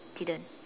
didn't